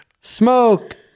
Smoke